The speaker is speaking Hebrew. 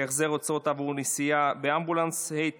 החזר דמי נסיעות עבור חולה סיעודי וחולה שנפטר),